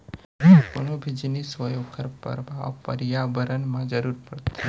कोनो भी जिनिस होवय ओखर परभाव परयाबरन म जरूर परथे